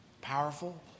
powerful